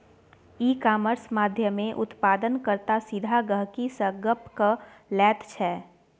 e commerce माध्यमेँ उत्पादन कर्ता सीधा गहिंकी सँ गप्प क लैत छै